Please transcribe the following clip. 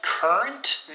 Current